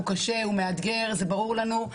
הוא קשה, הוא מאתגר, זה ברור לנו.